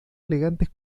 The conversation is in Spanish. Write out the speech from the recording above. elegantes